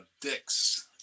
Dick's